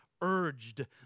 urged